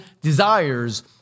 desires